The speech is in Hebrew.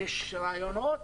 יש רעיונות